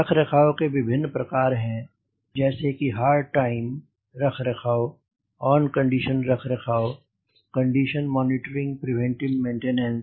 रखरखाव के विभिन्न प्रकार हैं जैसे कि हार्ड टाइम रखरखाव ऑन कंडीशन रखरखाव कंडीशन मॉनिटरिंग प्रीवेंटिव मेंटेनेंस